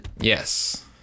Yes